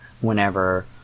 whenever